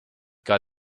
got